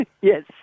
Yes